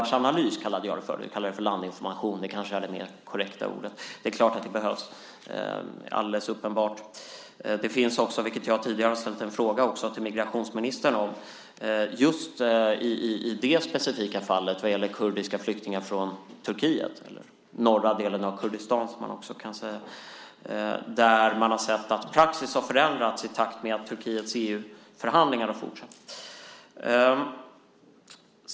Du kallade det för landinformation. Det kanske är det mer korrekta ordet. Det är alldeles uppenbart att det behövs. Jag har tidigare ställt en fråga till migrationsministern om det specifika fallet vad gäller kurdiska flyktingar från Turkiet, eller norra delen av Kurdistan. Där har man sett att praxis har förändrats i takt med att Turkiets EU-förhandlingar har fortsatt.